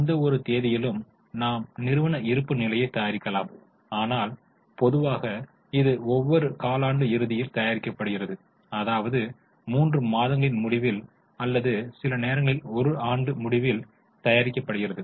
எந்தவொரு தேதியிலும் நாம் நிறுவன இருப்பு நிலையை தயாரிக்கலாம் ஆனால் பொதுவாக இது ஒவ்வொரு காலாண்டு இறுதியில் தயாரிக்கப்படுகிறது அதாவது 3 மாதங்களின் முடிவில் அல்லது சில நேரங்களில் 1 ஆண்டு முடிவில் தயாரிக்கப்படுகிறது